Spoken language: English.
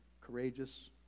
courageous